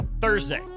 Thursday